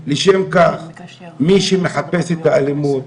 לשם כך מי שמחפש את האלימות,